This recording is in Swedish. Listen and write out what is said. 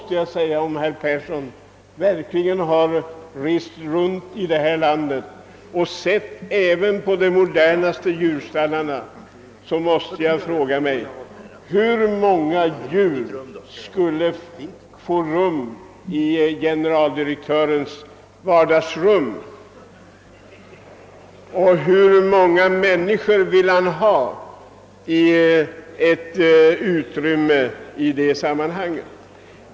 Har herr Persson verkligen rest runt i detta lahd och sett även på de modernaste djurstallarna och hur tätt djuren där står? Hur många djur skulle det inte få rum i generaldirektörens vardagsrum! Och hur många människor anser man skall bo på motsvarande utrymme?